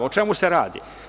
O čemu se radi?